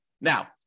Now